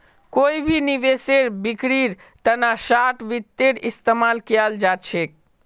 कोई भी निवेशेर बिक्रीर तना शार्ट वित्तेर इस्तेमाल कियाल जा छेक